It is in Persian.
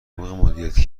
مدیریتی